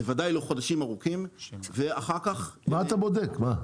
בוודאי לא חודשים ארוכים ואחר כך --- מה אתה בודק מה?